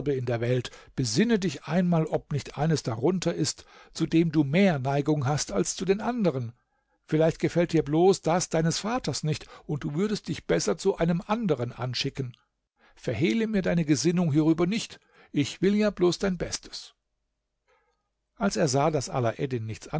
in der welt besinne dich einmal ob nicht eines darunter ist zu dem du mehr neigung hast als zu den andern vielleicht gefällt dir bloß das deines vaters nicht und du würdest dich besser zu einem anderen anschicken verhehle mir deine gesinnung hierüber nicht ich will ja bloß dein bestes als er sah daß alaeddin nichts